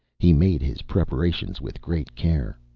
he made his preparations with great care.